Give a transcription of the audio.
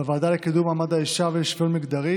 בוועדה לקידום מעמד האישה ולשוויון מגדרי